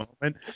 moment